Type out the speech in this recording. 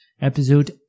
Episode